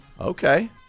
Okay